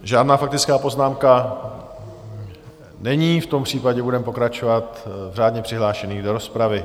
Žádná faktická poznámka není, v tom případě budeme pokračovat v řádně přihlášených do rozpravy.